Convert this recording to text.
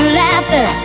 laughter